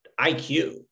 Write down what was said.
IQ